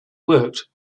worked